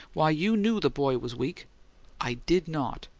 why, you knew the boy was weak i did not!